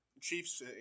Chiefs